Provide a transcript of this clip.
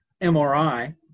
MRI